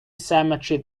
cemetery